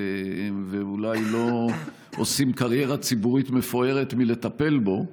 ואולי לא עושים קריירה ציבורית מפוארת מטיפול בו,